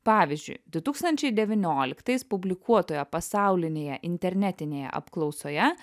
pavyzdžiui du tūkstančiai devynioliktais publikuotoje pasaulinėje internetinėje apklausoje